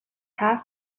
half